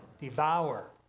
Devour